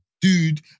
dude